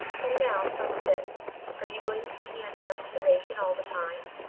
and now tell me this are you going to keep me under observation all the time?